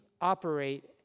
operate